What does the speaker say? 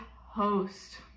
host